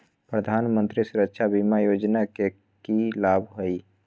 प्रधानमंत्री सुरक्षा बीमा योजना के की लाभ हई?